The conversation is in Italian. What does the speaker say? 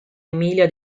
emilia